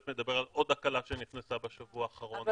מדבר על עוד הקלה שנכנסה בשבוע האחרון.